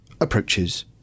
approaches